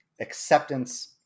acceptance